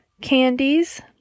candies